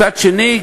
מצד שני,